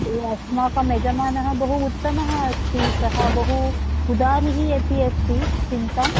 अस्माकं यजमानः बहु उत्तमः अस्ति सः बहु उदारी अपि अस्ति चिन्ताम्